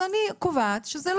אני קובעת שזה לא ככה.